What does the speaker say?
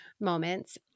moments